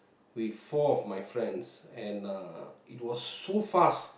with four of my friends and uh it was so fast